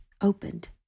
opened